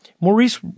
Maurice